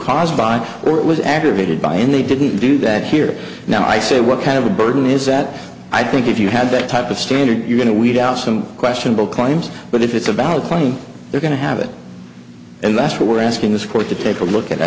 caused by or it was aggravated by and they didn't do that here now i say what kind of a burden is that i think if you had that type of standard you're going to weed out some questionable claims but if it's a valid claim they're going to have it and that's what we're asking this court to take a look at i